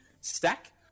stack